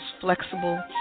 flexible